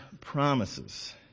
promises